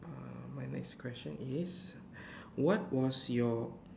uh my next question is what was your